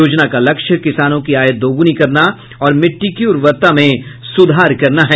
योजना का लक्ष्य किसानों की आय दोगुनी करना और मिट्टी की उर्वरता में सुधार करना है